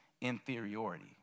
inferiority